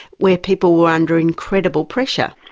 where people were under incredible pressure.